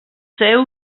seu